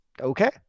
okay